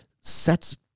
sets